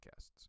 podcasts